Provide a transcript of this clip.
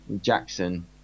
Jackson